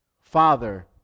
Father